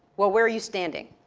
well where you standing?